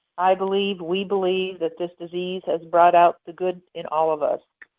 i believe, we believe, that this disease has brought out the good in all of us.